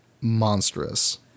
monstrous